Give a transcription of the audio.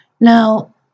Now